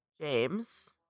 James